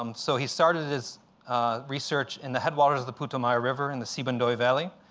um so he started his research in the headwaters of the putumayo river in the sibundoy valley.